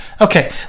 Okay